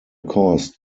caused